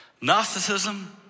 Gnosticism